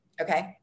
Okay